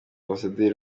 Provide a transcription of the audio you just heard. ambasaderi